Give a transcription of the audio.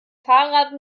fahrrad